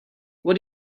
what